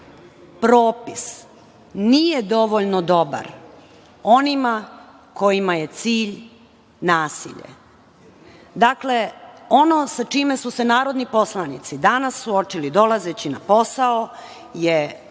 propis nije dovoljno dobar onima kojima je cilj nasilje. Dakle, ono sa čime su se narodni poslanici danas suočili dolazeći na posao, je